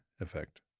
effect